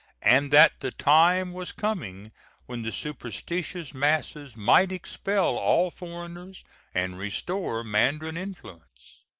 and that the time was coming when the superstitious masses might expel all foreigners and restore mandarin influence.